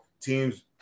teams